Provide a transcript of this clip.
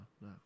no